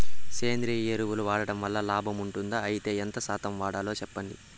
సేంద్రియ ఎరువులు వాడడం వల్ల లాభం ఉంటుందా? అయితే ఎంత శాతం వాడాలో చెప్పండి?